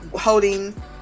holding